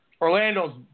Orlando's